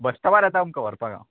बस स्टोपार येता तुमकां व्हरपाक हांव